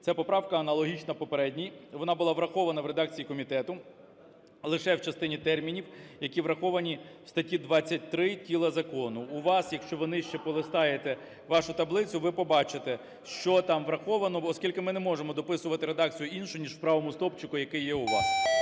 Ця поправка аналогічна попередній, вона була врахована в редакції комітету лише в частині термінів, які враховані в статті 23 тіла закону. У вас, якщо ви нижче полистаєте вашу таблицю, ви побачите, що там враховано, оскільки ми не можемо дописувати редакцію іншу ніж в правому стовпчику, який є у вас.